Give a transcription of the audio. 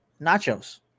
nachos